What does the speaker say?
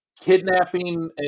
kidnapping